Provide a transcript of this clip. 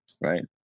Right